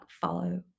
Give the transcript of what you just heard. follow